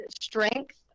strength